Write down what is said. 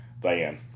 Diane